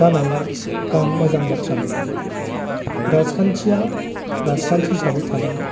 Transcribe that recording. जानाया गाहाम मोजां बाथ्रा नङा राजखान्थिया राजखान्थि हिसाबै थानांगौ